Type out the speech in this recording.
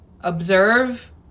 observe